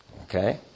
Okay